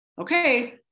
okay